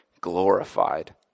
glorified